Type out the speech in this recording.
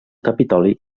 capitoli